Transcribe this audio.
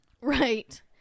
Right